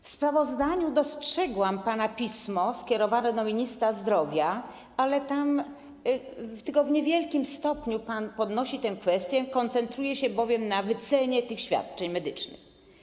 W sprawozdaniu dostrzegłam pana pismo skierowane do ministra zdrowia, ale tam tylko w niewielkim stopniu pan podnosi tę kwestię, koncentruje się bowiem na wycenie tych świadczeń medycznych.